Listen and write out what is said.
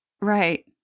Right